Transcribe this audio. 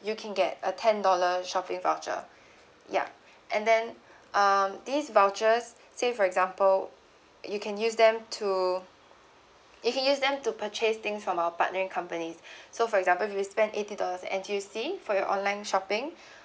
you can get a ten dollar shopping voucher yup and then um this vouchers say for example you can use them to you can use them to purchase things from our partnering companies so for example if you spend eighty dollars N_T_U_C for your online shopping